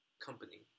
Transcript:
company